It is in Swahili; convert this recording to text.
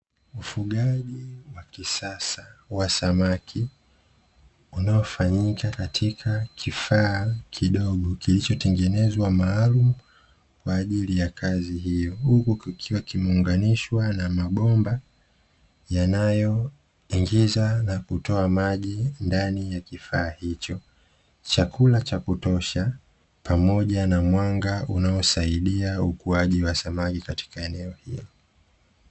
Ufugaji wa kisasa wa samaki unaofanyika katika kifaa kidogo kilichotengenezwa maalumu kwa ajili ya kazi hiyo. Huku kikiwa kimeunganishwa na mabomba yanayoingiza na kutoa maji ndani ya kifaa hicho, chakula cha kutosha, pamoja na mwanga; unaosaidia ukuaji wa samaki katika eneo hilo.